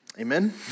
Amen